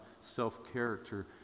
self-character